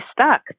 stuck